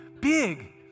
big